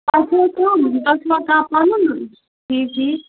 تۄہہِ چھوٕ کانہہ پَنُن ٹھیٖک ٹھیٖک